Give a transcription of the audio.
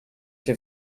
się